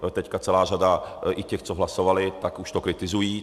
Teď celá řada i těch, co hlasovali, tak už to kritizují.